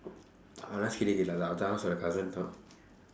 I'll ask my cousins